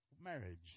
marriage